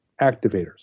activators